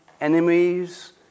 enemies